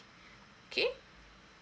okay